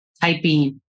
typing